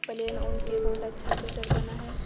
plane ऊनके बहुत अच्छा स्वेटर बनै हैय